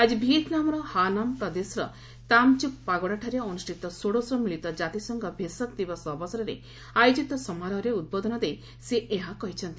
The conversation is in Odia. ଆକି ଭିଏତ୍ନାମର ହା ନାମ୍ ପ୍ରଦେଶର ତାମ୍ ଚୁକ୍ ପାଗୋଡ଼ାଠାରେ ଅନୁଷ୍ଠିତ ଷୋଡଶ ମିଳିତ ଜାତିସଂଘ ଭେଷକ୍ ଦିବସ ଅବସରରେ ଆୟୋଜିତ ସମାରୋହରେ ଉଦ୍ବୋଧନ ଦେଇ ସେ ଏହା କହିଛନ୍ତି